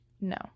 No